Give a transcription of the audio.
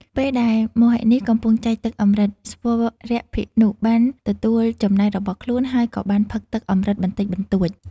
ពេលដែលមោហិនីកំពុងចែកទឹកអម្រឹត ស្វរភានុបានទទួលចំណែករបស់ខ្លួន ហើយក៏បានផឹកទឹកអម្រឹតបន្តិចបន្តួច។